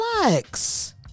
relax